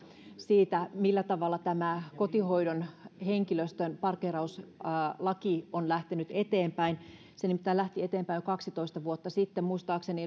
siitä millä tavalla tämä kotihoidon henkilöstön parkkeerauslaki on lähtenyt eteenpäin se nimittäin lähti eteenpäin jo kaksitoista vuotta sitten muistaakseni